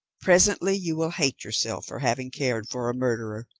presently you will hate yourself for having cared for a murderer.